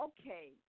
okay